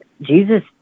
Jesus